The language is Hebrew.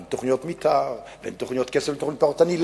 ואין תוכניות מיתאר ואין תוכניות קסם לתכנון פרטני.